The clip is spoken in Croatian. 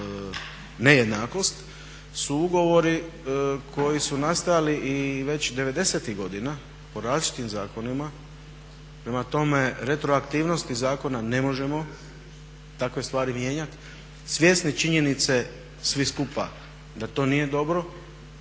nejednakost su ugovori koji su nastajali i već 90.tih godina po različitim zakonima. Prema tome, retroaktivnosti zakona ne možemo, takve stvari mijenjati svjesni činjenice svi skupa da to nije dobro,